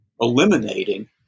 eliminating